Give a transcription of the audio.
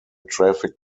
traffic